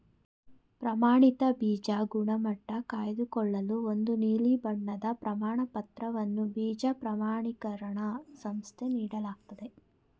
ಪ್ರಮಾಣಿತ ಬೀಜ ಗುಣಮಟ್ಟ ಕಾಯ್ದುಕೊಳ್ಳಲು ಒಂದು ನೀಲಿ ಬಣ್ಣದ ಪ್ರಮಾಣಪತ್ರವನ್ನು ಬೀಜ ಪ್ರಮಾಣಿಕರಣ ಸಂಸ್ಥೆ ನೀಡಲಾಗ್ತದೆ